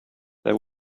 there